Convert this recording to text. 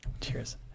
cheers